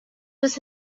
was